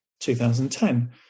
2010